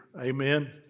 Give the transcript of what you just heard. Amen